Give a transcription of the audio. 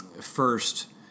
first